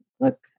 look